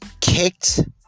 kicked